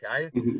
Okay